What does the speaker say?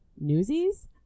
newsies